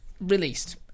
released